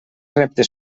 reptes